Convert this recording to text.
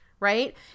Right